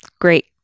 Great